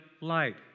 light